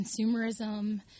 consumerism